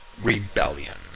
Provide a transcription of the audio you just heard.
rebellion